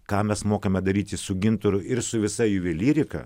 ką mes mokame daryti su gintaru ir su visa juvelyrika